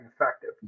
effective